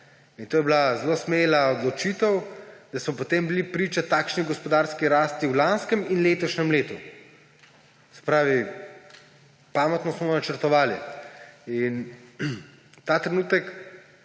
To je bila zelo smela odločitev, da smo bili potem priča takšni gospodarski rasti v lanskem in letošnjem letu. Se pravi, pametno smo načrtovali. Ta trenutek